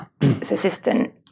assistant